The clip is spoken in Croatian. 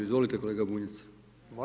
Izvolite kolega Bunjac.